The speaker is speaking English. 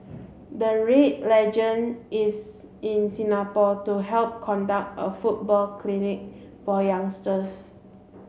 the Red legend is in Singapore to help conduct a football clinic for youngsters